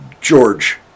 George